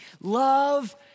Love